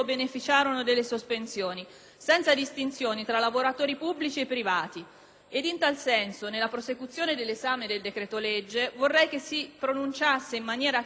ed in tal senso, nella prosecuzione dell'esame del decreto-legge, vorrei che si pronunciasse in maniera chiara il Governo anche accogliendo l'emendamento all'articolo 3 da me presentato.